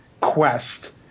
quest